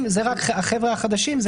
זה רק החבר'ה החדשים?